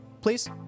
please